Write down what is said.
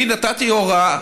אני נתתי הוראה